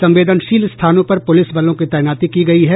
संवेदनशील स्थानों पर पुलिस बलों की तैनाती की गयी है